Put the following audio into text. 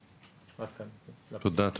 תודה.